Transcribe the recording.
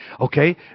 okay